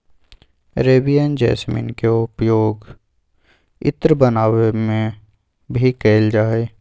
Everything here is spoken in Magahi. अरेबियन जैसमिन के पउपयोग इत्र बनावे ला भी कइल जाहई